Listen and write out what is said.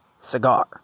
cigar